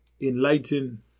enlighten